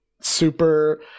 super